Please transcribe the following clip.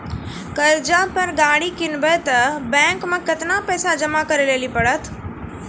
कर्जा पर गाड़ी किनबै तऽ बैंक मे केतना पैसा जमा करे लेली पड़त?